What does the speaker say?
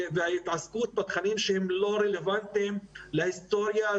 וההתעסקות בתכנים שהם לא רלוונטיים להיסטוריה,